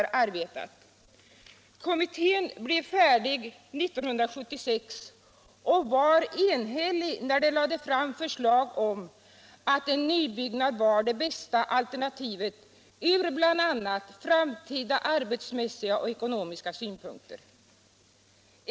politiken Arbetsmarknadspolitiken Kommittén blev färdig 1976 och var enhällig när den lade fram förslag om att en nybyggnad var det bästa alternativet från bl.a. framtida arbetsmässiga och ekonomiska synpunkter.